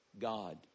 God